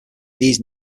these